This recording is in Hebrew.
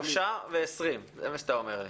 3 ו-20, זה מה שאתה אומר לי.